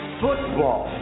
football